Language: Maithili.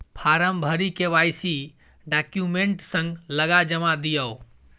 फार्म भरि के.वाइ.सी डाक्यूमेंट संग लगा जमा दियौ